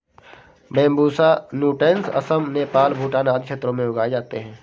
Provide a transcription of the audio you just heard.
Bambusa नूटैंस असम, नेपाल, भूटान आदि क्षेत्रों में उगाए जाते है